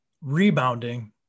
Rebounding